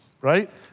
right